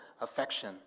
affection